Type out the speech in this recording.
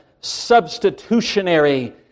substitutionary